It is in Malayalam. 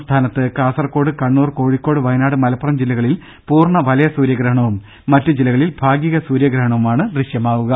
സംസ്ഥാനത്ത് കാസർകോട് കണ്ണൂർ കോഴിക്കോട് വയനാട് മലപ്പുറം ജില്ലകളിൽ പൂർണ വലയ സൂര്യഗ്രഹണവും മറ്റ് ജില്ലകളിൽ ഭാഗിക സൂര്യഗ്രഹണവുമാണ് ദൃശ്യമാകുക